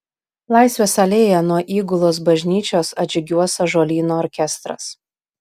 laisvės alėja nuo įgulos bažnyčios atžygiuos ąžuolyno orkestras